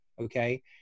Okay